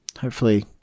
hopefully-